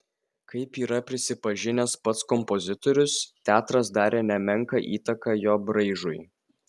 kaip yra prisipažinęs pats kompozitorius teatras darė nemenką įtaką jo braižui